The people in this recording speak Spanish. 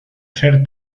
ser